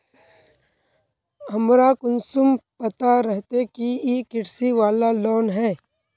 हमरा कुंसम पता रहते की इ कृषि वाला लोन है?